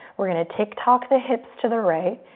we're going to tick-tock the hips to the right.